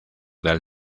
del